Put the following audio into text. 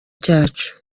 cyacu